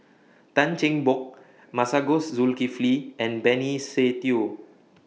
Tan Cheng Bock Masagos Zulkifli and Benny Se Teo